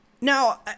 Now